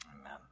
Amen